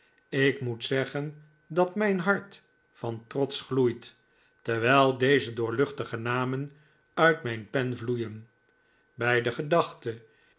ik moet zeggen dat mijn hart van trots gloeit terwijl deze doorluchtige namen uit mijn pen vloeien bij de gedachte